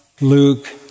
Luke